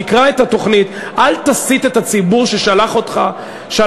תקרא את התוכנית, אל תסית את הציבור ששלח אותך.